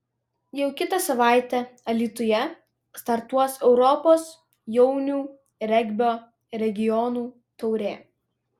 jau kitą savaitę alytuje startuos europos jaunių regbio regionų taurė